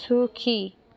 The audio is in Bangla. সুখী